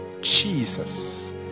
Jesus